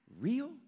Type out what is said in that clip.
real